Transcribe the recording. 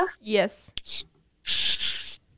yes